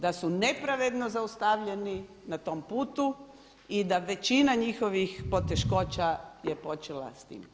Da su nepravedno zaustavljeni na tom putu i da većina njihovih poteškoća je počela s tim.